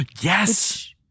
Yes